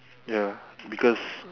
ya because